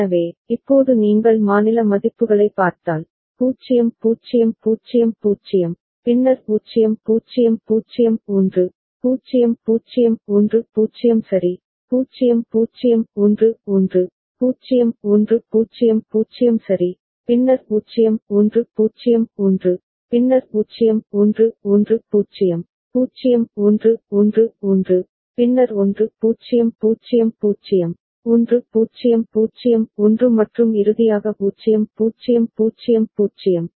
எனவே இப்போது நீங்கள் மாநில மதிப்புகளைப் பார்த்தால் 0 0 0 0 பின்னர் 0 0 0 1 0 0 1 0 சரி 0 0 1 1 0 1 0 0 சரி பின்னர் 0 1 0 1 பின்னர் 0 1 1 0 0 1 1 1 பின்னர் 1 0 0 0 1 0 0 1 மற்றும் இறுதியாக 0 0 0 0